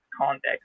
context